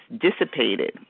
dissipated